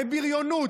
בבריונות,